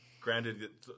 granted